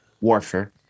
warfare